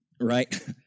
right